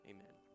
Amen